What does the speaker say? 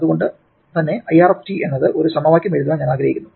അത് കൊണ്ട് തന്നെ IR എന്നതിന് ഒരു സമവാക്യം എഴുതാൻ ഞാൻ ആഗ്രഹിക്കുന്നു